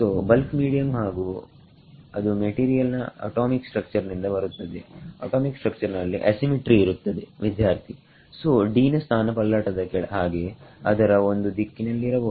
ಸೋಬಲ್ಕ್ medium ಹಾಗು ಅದು material ನ ಅಟಾಮಿಕ್ ಸ್ಟ್ರಕ್ಚರ್ ನಿಂದ ಬರುತ್ತದೆ ಅಟಾಮಿಕ್ ಸ್ಟ್ರಕ್ಚರ್ ನಲ್ಲಿ ಅಸಿಮಿಟ್ರಿ ಇರುತ್ತದೆ ವಿದ್ಯಾರ್ಥಿಸೋನ ಸ್ಥಾನಪಲ್ಲಟದ ಹಾಗೆ ಅದರ ಒಂದು ದಿಕ್ಕಿನಲ್ಲಿರಬಹುದು